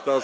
Kto